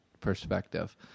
perspective